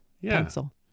pencil